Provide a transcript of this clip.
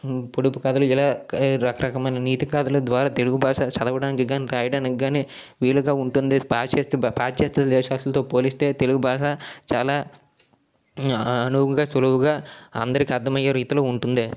పొడుపు కథలు ఇలా రకరకమైన నీతి కథలు ద్వారా తెలుగు భాష చదవడానికి కాని రాయడానికి కాని వీలుగా ఉంటుంది పాశ్చ పాశ్చ్యాత దేశస్థులతో పోలిస్తే తెలుగు భాష చాలా అనువుగా సులువుగా అందరికీ అర్థమయ్యే రీతిలో ఉంటుంది